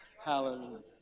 Hallelujah